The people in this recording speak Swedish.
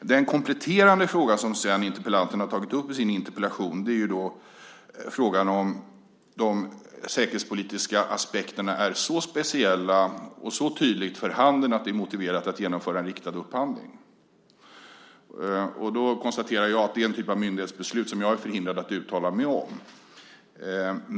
Den kompletterande frågan i interpellationen handlar om huruvida de säkerhetspolitiska aspekterna är så speciella och så tydliga för handen att det är motiverat att genomföra en riktad upphandling. Då konstaterar jag att det är en typ av myndighetsbeslut som jag är förhindrad att uttala mig om.